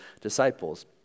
disciples